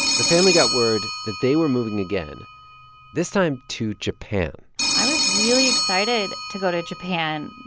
the family got word that they were moving again this time to japan i was really excited to go to japan,